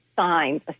signs